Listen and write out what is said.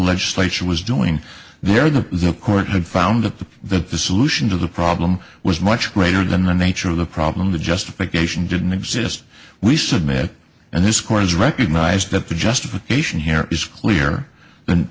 legislature was doing there that the court had found that the that the solution to the problem was much greater than the nature of the problem the justification didn't exist we submit and this court has recognized that the justification here is clea